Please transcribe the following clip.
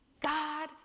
God